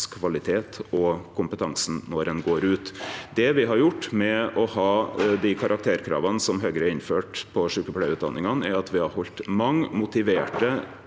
inntakskvalitet og kompetansen når ein går ut. Det me har gjort med å ha dei karakterkrava som Høgre innførte på sjukepleiarutdanningane, er at me har halde mange motiverte,